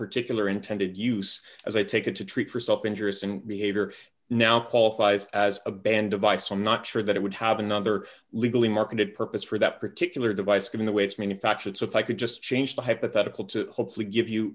particular intended use as i take it to treat for self interest and behavior now qualifies as a band device i'm not sure that it would have another legally marketed purpose for that particular device given the way it's manufactured so if i could just change the hypothetical to hopefully give you